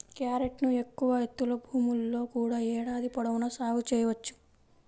క్యారెట్ను ఎక్కువ ఎత్తులో భూముల్లో కూడా ఏడాది పొడవునా సాగు చేయవచ్చు